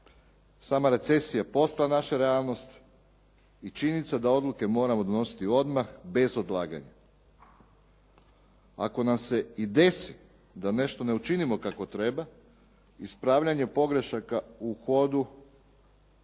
sama recesija posla naše realnosti i činjenica da odluke moramo donositi odmah bez odlaganja. Ako nam se i desi da nešto ne učinimo kako treba, ispravljanje pogrešaka u hodu